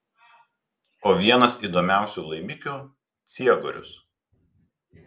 o vienas įdomiausių laimikių ciegorius